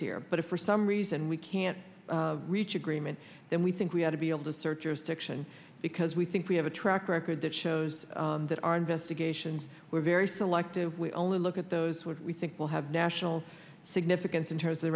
here but if for some reason we can't reach agreement then we think we ought to be able to search or stiction because we think we have a track record that shows that our investigations were very selective we only look at those what we think will have national significance in terms of